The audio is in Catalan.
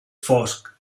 fosc